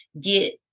get